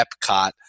Epcot